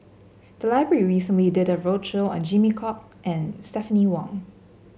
the library recently did a roadshow on Jimmy Chok and Stephanie Wong